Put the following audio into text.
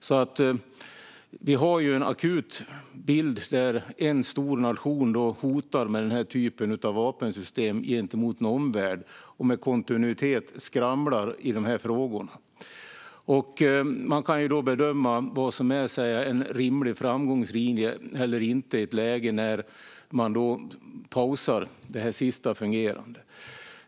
Vi har alltså en akut bild där en stor nation hotar med den här typen av vapensystem gentemot en omvärld och med kontinuitet skramlar i de här frågorna. Man kan då bedöma vad som är en rimlig framgångslinje och vad som inte är det i ett läge när Putin pausar det sista fungerande avtalet.